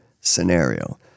scenario